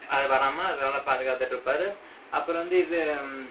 அது வராமல் அது நல்லா பாதுகாத்துட்டுருப்பார் அப்புறம் வந்து இது